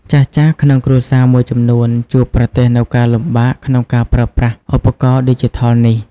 ចាស់ៗក្នុងគ្រួសារមួយចំនួន ជួបប្រទះនូវការលំបាកក្នុងការប្រើប្រាស់ឧបករណ៍ឌីជីថលនេះ។